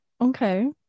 Okay